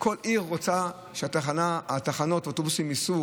כל עיר רוצה שהאוטובוסים ייסעו